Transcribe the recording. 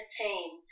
team